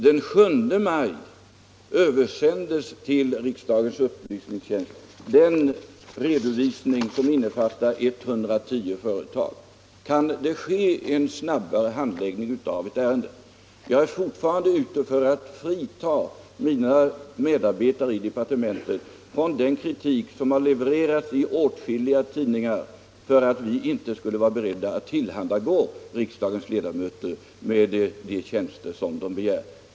Den 7 maj översändes till riksdagens upplysningstjänst en redovisning som innefattar 110 företag. Kan det ske en snabbare handläggning av ett ärende? Jag är fortfarande ute för att frita mina medarbetare i industridepartementet från den kritik som har levererats i åtskilliga tidningar för att vi inte skulle vara beredda att tillhandagå riksdagens ledamöter med de tjänster som de begär.